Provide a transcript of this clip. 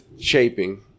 shaping